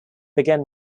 begin